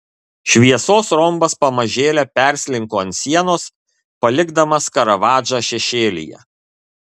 šviesos rombas pamažėle perslinko ant sienos palikdamas karavadžą šešėlyje